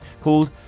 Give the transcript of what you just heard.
called